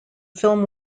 film